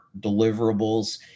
deliverables